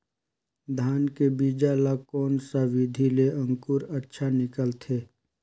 धान के बीजा ला कोन सा विधि ले अंकुर अच्छा निकलथे?